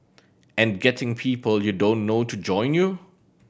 and getting people you don't know to join you